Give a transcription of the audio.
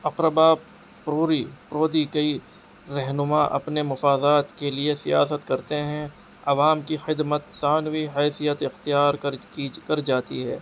اقربا پروری پروری کئی رہنما اپنے مفادات کے لیے سیاست کرتے ہیں عوام کی خدمت ثانوی حیثیت اختیار کر کی کر جاتی ہے